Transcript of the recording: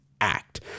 act